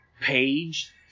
Page